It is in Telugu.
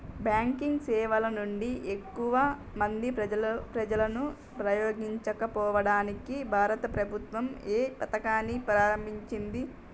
బ్యాంకింగ్ సేవల నుండి ఎక్కువ మంది ప్రజలను ఉపయోగించుకోవడానికి భారత ప్రభుత్వం ఏ పథకాన్ని ప్రారంభించింది?